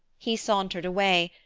he sauntered away,